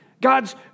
God's